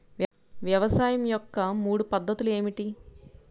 వ్యవసాయం యొక్క మూడు పద్ధతులు ఏమిటి?